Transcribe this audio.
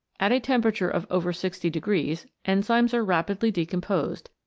at a temperature of over sixty degrees enzymes are rapidly decomposed,